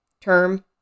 term